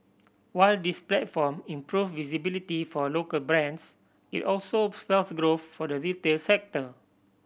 while this platform improves visibility for local brands it also spells growth for the retail sector